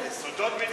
סודות מדינה,